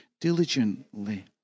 diligently